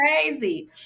crazy